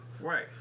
Right